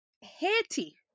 Haiti